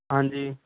ਹਾਂਜੀ